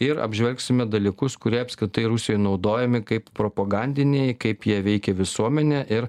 ir apžvelgsime dalykus kurie apskritai rusijoj naudojami kaip propagandiniai kaip jie veikia visuomenę ir